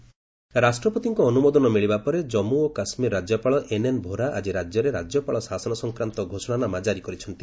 JK govt ରାଷ୍ଟ୍ରପତିଙ୍କ ଅନୁମୋଦନ ମିଳିବା ପରେ ଜନ୍ମୁ ଓ କାଶ୍ମୀର ରାଜ୍ୟପାଳ ଏନ୍ଏନ୍ ଭୋରା ଆଜି ରାଜ୍ୟପାଳ ଶାସନ ସଂକ୍ରାନ୍ତ ଘୋଷଣାନାମା କାରି କରିଛନ୍ତି